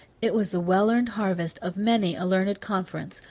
it was the well-earned harvest of many a learned conference,